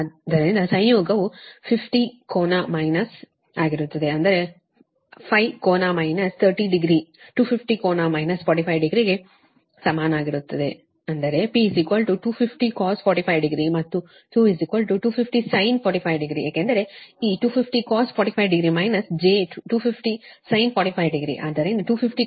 ಆದ್ದರಿಂದ ಸಂಯೋಗವು 50 ಕೋನ ಮೈನಸ್ ಆಗಿರುತ್ತದೆ ಅಂದರೆ 5 ಕೋನ ಮೈನಸ್ 30 ಡಿಗ್ರಿ 250 ಕೋನ ಮೈನಸ್ 45 ಡಿಗ್ರಿಗೆ ಸಮನಾಗಿರುತ್ತದೆ ಅಂದರೆ P 250 cos 450 ಮತ್ತು Q 250 sin 450 ಏಕೆಂದರೆ ಈ 250 cos 450 j250sin 450